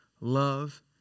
love